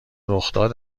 رخداد